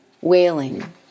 wailing